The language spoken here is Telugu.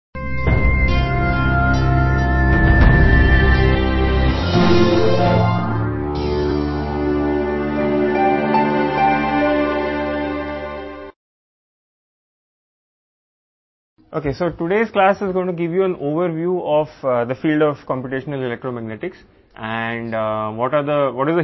కాబట్టి ఈ రోజు క్లాస్ మీకు కంప్యుటేషనల్ ఎలక్ట్రోమాగ్నెటిక్స్ ఫీల్డ్ యొక్క అవలోకనాన్ని అందిస్తుంది